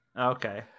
Okay